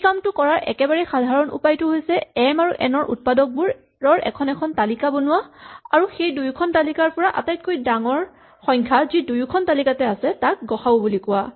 এই কামটো কৰাৰ একেবাৰেই সাধাৰণ উপায়টো হৈছে এম আৰু এন ৰ উৎপাদকবোৰৰ এখন এখন তালিকা বনোৱা আৰু এই দুইখন তালিকাৰ পৰা আটাইতকৈ ডাঙৰ সংখ্যা যি দুয়োখন তালিকাতে আছে তাক গ সা উ বুলি কোৱা